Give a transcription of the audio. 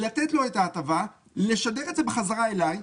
לתת לו את ההטבה, לשדר את זה חזרה אלי.